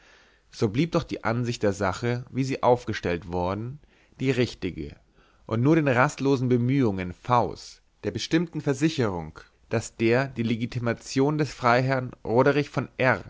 so blieb doch die ansicht der sache wie sie aufgestellt worden die richtige und nur den rastlosen bemühungen v s der bestimmten versicherung daß der die legitimation des freiherrn roderich von r